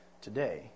today